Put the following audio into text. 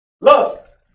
lust